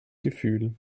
gefühl